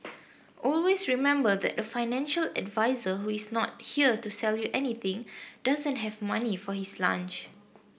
always remember that a financial advisor who is not here to sell you anything doesn't have money for his lunch